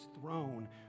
throne